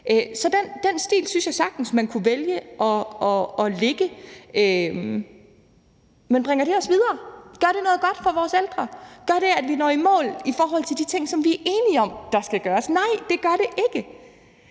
Den stil synes jeg sagtens man kunne vælge at lægge, men bringer det os videre? Gør det noget godt for vores ældre? Gør det, at vi når i mål i forhold til de ting, som vi er enige om skal gøres? Nej, det gør det ikke.